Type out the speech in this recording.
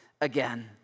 again